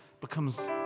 becomes